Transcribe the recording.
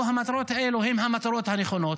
או שהמטרות האלה הן המטרות הנכונות